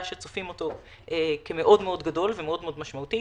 שצופים אותו כמאוד גדול ומאוד משמעותי,